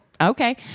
okay